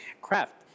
craft